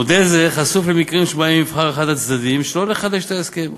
מודל זה חשוף למקרים שבהם יבחר אחד הצדדים שלא לחדש את ההסכם,